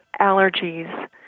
allergies